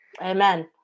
Amen